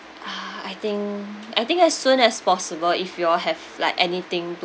uh I think I think as soon as possible if you all have like anything to